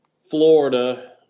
Florida